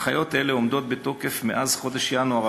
הנחיות אלה עומדות בתוקף מאז חודש ינואר